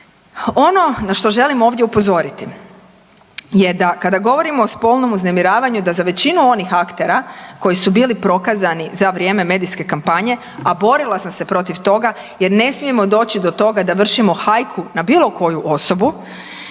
Ono na što želim ovdje upozoriti je da kada govorimo o spolnom uznemiravanju da za većinu onih aktera koji su bili prokazani za vrijeme medijske kampanje, a borila sam se protiv toga jer ne smijemo doći do toga da vršimo hajku na bilo koju osobu